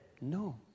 No